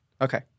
Okay